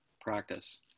practice